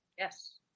Yes